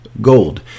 gold